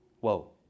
Whoa